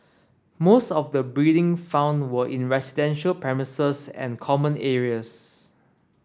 most of the breeding found were in residential premises and common areas